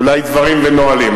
אולי דברים ונהלים?